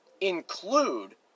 include